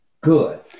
good